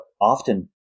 often